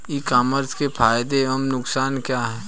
ई commerce के फायदे एवं नुकसान क्या हैं?